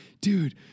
dude